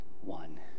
one